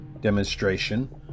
demonstration